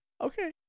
Okay